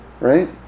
right